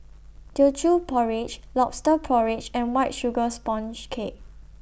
Teochew Porridge Lobster Porridge and White Sugar Sponge Cake